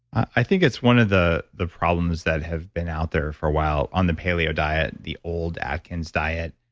i think it's one of the the problems that have been out there for a while on the paleo diet, the old atkins diet,